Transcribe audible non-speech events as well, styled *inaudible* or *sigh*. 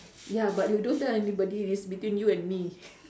ya but you don't tell anybody this between you and me *laughs*